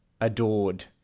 adored